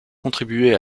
contribué